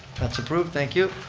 that's approved, thank you.